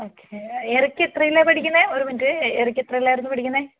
okay എറയ്ക്ക് എത്രയിലാണ് പഠിക്കുന്നത് ഒരു മിനിറ്റ് എറയ്ക്ക് എത്രയിലായിരുന്നു പഠിക്കുന്നത്